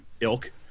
Ilk